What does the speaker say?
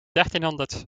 dertienhonderd